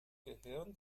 gehirn